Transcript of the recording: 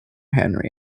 henry